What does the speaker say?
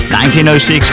1906